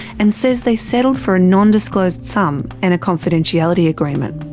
and says they settled for a non-disclosed sum and a confidentiality agreement.